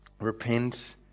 repent